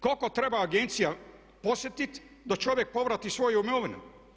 Koliko treba agencija podsjetit da čovjek povrati svoju imovinu.